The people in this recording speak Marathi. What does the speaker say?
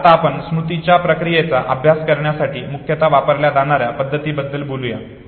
तर आता आपण स्मृतीच्या प्रक्रियेचा अभ्यास करण्यासाठी मुख्यतः वापरल्या जाणार्या पद्धतींबद्दल बोलूया